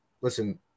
listen